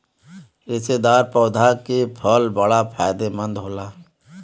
रेशेदार पौधा के फल बड़ा फायदेमंद होला